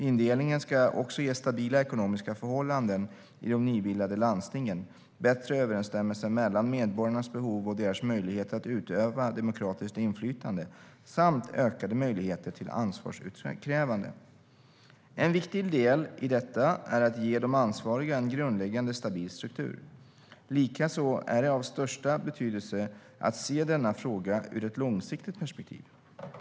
Indelningen ska också ge stabila ekonomiska förhållanden i de nybildade landstingen, bättre överensstämmelse mellan medborgarnas behov och deras möjligheter att utöva demokratiskt inflytande samt ökade möjligheter till ansvarsutkrävande. En viktig del i detta är att ge de ansvariga en grundläggande stabil struktur. Likaså är det av största betydelse att se denna fråga ur ett långsiktigt perspektiv.